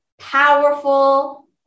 powerful